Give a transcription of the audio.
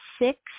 six